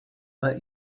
let